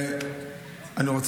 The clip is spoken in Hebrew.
אני מתנצל.